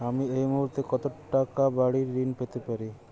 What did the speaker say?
আমি এই মুহূর্তে কত টাকা বাড়ীর ঋণ পেতে পারি?